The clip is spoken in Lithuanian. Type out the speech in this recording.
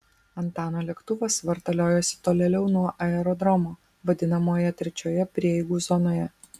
antano lėktuvas vartaliojosi tolėliau nuo aerodromo vadinamoje trečioje prieigų zonoje